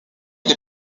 les